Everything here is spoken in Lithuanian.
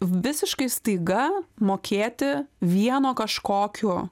visiškai staiga mokėti vieno kažkokio